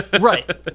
Right